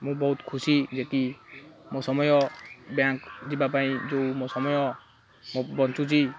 ମୁଁ ବହୁତ ଖୁସି ଯେ କି ମୋ ସମୟ ବ୍ୟାଙ୍କ ଯିବା ପାଇଁ ଯେଉଁ ମୋ ସମୟ ବଞ୍ଚୁଛି